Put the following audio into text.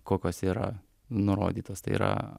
kokios yra nurodytos tai yra